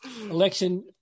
election